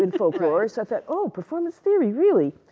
in folklore. so, i thought, oh, performance theory. really?